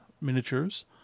miniatures